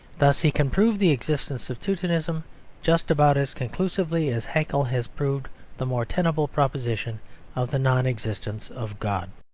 thus he can prove the existence of teutonism just about as conclusively as haeckel has proved the more tenable proposition of the non-existence of god.